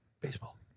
Baseball